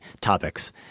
topics